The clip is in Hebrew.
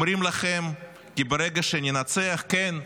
אומרים לכם כי ברגע שננצח, כן,